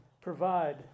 provide